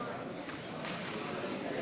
בעד,